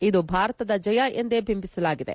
ಇದು ಭಾರತದ ಜಯ ಎಂದೇ ಬಿಂಬಿಸಲಾಗಿದೆ